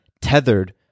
tethered